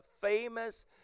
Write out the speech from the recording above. famous